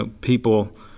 people